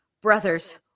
Brothers